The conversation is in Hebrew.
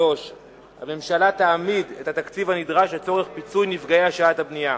3. הממשלה תעמיד את התקציב הנדרש לצורך פיצוי נפגעי השעיית הבנייה.